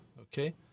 Okay